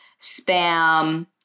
spam